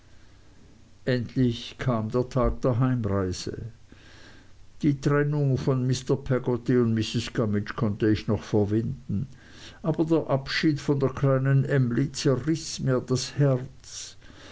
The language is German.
endlich kam der tag der heimreise die trennung von mr peggotty und mrs gummidge konnte ich noch verwinden aber der abschied von der kleinen emly zerriß mir das herz